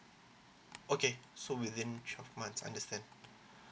okay so within twelve months understand